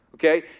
Okay